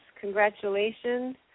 Congratulations